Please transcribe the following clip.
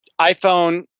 iPhone